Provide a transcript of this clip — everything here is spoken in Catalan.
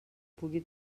pugui